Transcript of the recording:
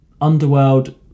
Underworld